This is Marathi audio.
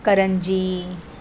करंजी